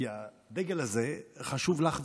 כי הדגל הזה חשוב לך ולי.